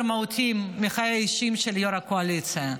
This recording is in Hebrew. מהותיים מחייו האישיים של יו"ר הקואליציה.